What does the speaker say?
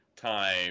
time